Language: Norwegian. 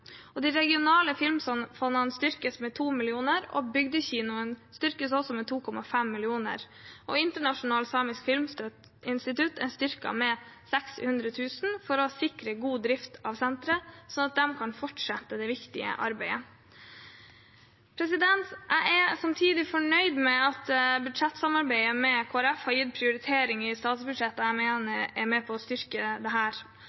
De regionale filmfondene styrkes med 2 mill. kr, og bygdekinoen styrkes med 2,5 mill. kr. Internasjonalt samisk filminstitutt er styrket med 600 000 kr for å sikre god drift av senteret, sånn at de kan fortsette det viktige arbeidet. Jeg er samtidig fornøyd med at budsjettsamarbeidet med Kristelig Folkeparti har gitt prioriteringer i statsbudsjettet som jeg mener